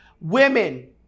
women